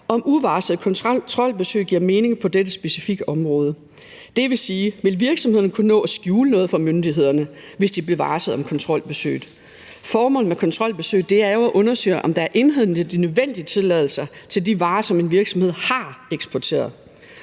om uvarslede kontrolbesøg giver mening på dette specifikke område. Det vil sige: Vil virksomhederne kunne nå at skjule noget for myndighederne, hvis de blev varslet om kontrolbesøget? Formålet med kontrolbesøget er jo at undersøge, om der er indhentet de nødvendige tilladelser til de varer, som en virksomhed har eksporteret.